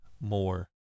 more